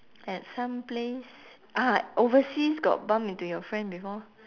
at some place ah overseas got bump into your friend before